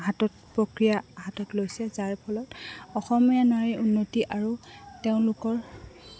হাতত প্ৰক্ৰিয়া হাতত লৈছে যাৰ ফলত অসমীয়া নাৰীৰ উন্নতি আৰু তেওঁলোকৰ